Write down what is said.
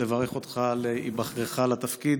אני מברך אותך על היבחרך לתפקיד.